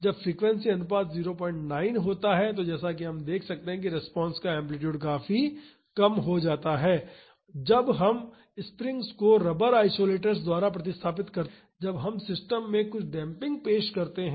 जब फ्रीक्वेंसी अनुपात 09 होता है जैसा कि हम देख सकते हैं कि रिस्पांस का एम्पलीटूड काफी कम हो जाता है जब हम स्प्रिंग्स को रबर आइसोलेटर्स द्वारा प्रतिस्थापित करते हैं जब हम सिस्टम में कुछ डेम्पिंग पेश करते हैं